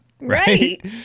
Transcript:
right